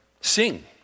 Sing